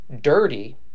dirty